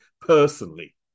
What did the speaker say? personally